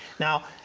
now,